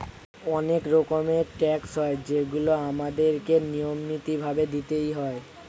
অনেক রকমের ট্যাক্স হয় যেগুলো আমাদের কে নিয়মিত ভাবে দিতেই হয়